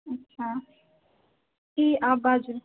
अच्छा की आब बाजू